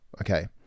Okay